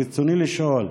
ברצוני לשאול: